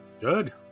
Good